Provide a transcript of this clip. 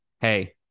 Hey